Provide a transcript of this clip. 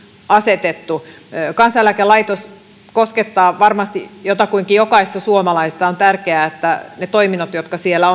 asetettu kansaneläkelaitos koskettaa varmasti jotakuinkin jokaista suomalaista on tärkeää että ne toiminnot jotka siellä